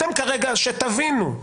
תבינו,